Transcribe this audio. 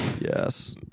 yes